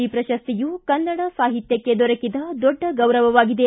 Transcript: ಈ ಪ್ರಶಸ್ತಿಯು ಕನ್ನಡ ಸಾಹಿತ್ವಕ್ಷೆ ದೊರಕಿದ ದೊಡ್ಡ ಗೌರವವಾಗಿದೆ